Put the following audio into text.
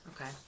Okay